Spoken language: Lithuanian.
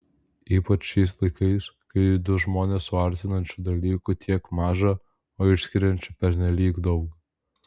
ypač šiais laikais kai du žmones suartinančių dalykų tiek maža o išskiriančių pernelyg daug